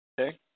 Okay